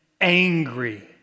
angry